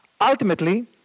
Ultimately